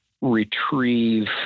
retrieve